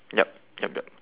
yup yup yup